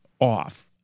off